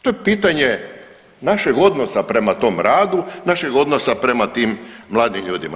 To je pitanje našeg odnosa prema tom radu, našeg odnosa prema tim mladim ljudima.